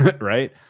right